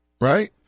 right